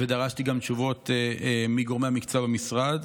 ודרשתי גם תשובות מגורמי המקצוע במשרד,